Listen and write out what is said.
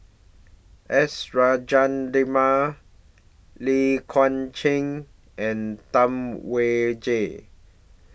S Rajendran Lai Kew Chai and Tam Wai Jia